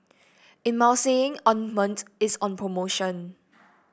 Emulsying Ointment is on promotion